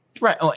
Right